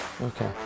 Okay